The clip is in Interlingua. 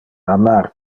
amar